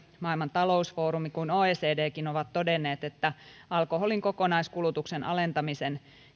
maailman talousfoorumi kuin oecdkin ovat todenneet että alkoholin kokonaiskulutuksen alentamisen